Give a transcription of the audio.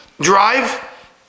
drive